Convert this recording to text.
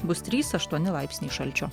bus trys aštuoni laipsniai šalčio